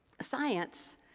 science